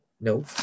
no